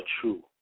true